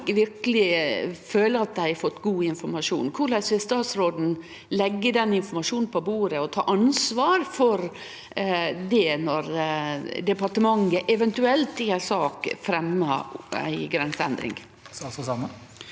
Korleis vil statsråden leggje den informasjonen på bordet, og ta ansvar for det når departementet eventuelt i ei sak fremjar ei grenseendring?